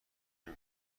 نمی